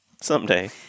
Someday